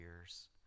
years